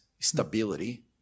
Stability